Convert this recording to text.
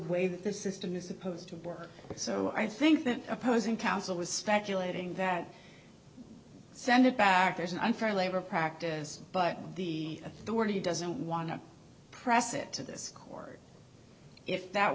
way that the system is supposed to work so i think that opposing counsel is speculating that send it back there's an unfair labor practice but the authority doesn't want to press it to this court if that